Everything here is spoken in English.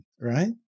Right